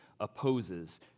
opposes